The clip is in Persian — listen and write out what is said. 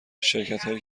شرکتهایی